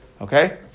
Okay